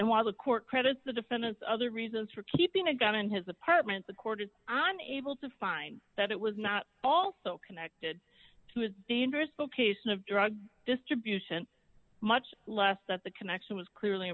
and while the court credits the defendant other reasons for keeping a gun in his apartment the court is on able to find that it was not also connected to his interest the case of drug distribution much less that the connection was clearly